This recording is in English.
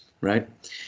right